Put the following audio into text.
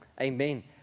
amen